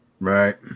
Right